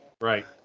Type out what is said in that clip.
Right